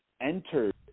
entered